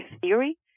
theory